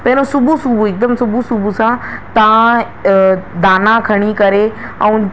पहिरियों सुबुहु सुबुहु हिकदमु सुबुहु सुबुह सां तव्हां दाणा खणी करे ऐं